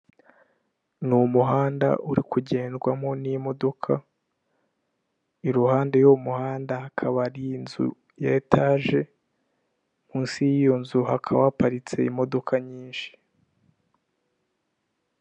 Ni umuhanda uri kugendwamo n'imodoka iruhande y'umuhanda hakaba ari inzu ya etaje, munsi yiyo nzu hakaba haparitse imodoka nyinshi.